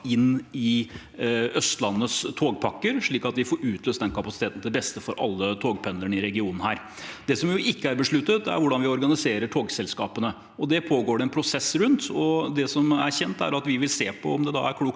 dag, i Østlandets togpakker, slik at vi får utløst den kapasiteten til beste for alle togpendlerne i regionen. Det som ikke er besluttet, er hvordan vi organiserer togselskapene. Det pågår det en prosess rundt, og det som er kjent, er at vi vil se på om det er klokt